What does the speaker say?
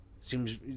seems